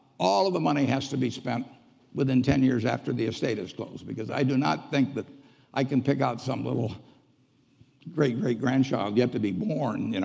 all of the money has to be spent within ten years after the estate is closed because i do not think that i can pick out some little great great grandchild yet to be born, you know,